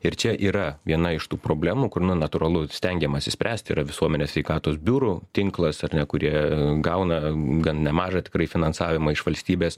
ir čia yra viena iš tų problemų kur na natūralu stengiamasi spręsti yra visuomenės sveikatos biurų tinklas ar ne kurie gauna gan nemažą tikrai finansavimą iš valstybės